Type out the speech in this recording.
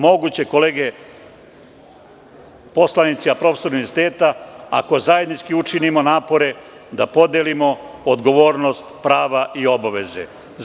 Moguće je kolege poslanici i profesori univerziteta, ako zajednički učinimo napore da podelimo odgovornost, prava i obaveze.